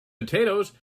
potatoes